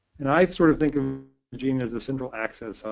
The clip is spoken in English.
and i sort of think of the gene as the central access,